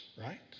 right